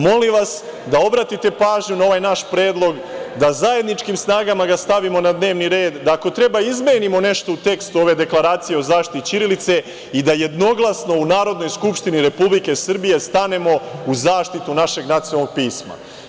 Molim vas da obratite pažnju na ovaj naš predlog da zajedničkim snagama ga stavimo na dnevni red, da ako treba izmenimo nešto u tekstu ove deklaracije o zaštiti ćirilice i da jednoglasno u Narodnoj skupštini Republike Srbije stanemo u zaštitu našeg nacionalnog pisma.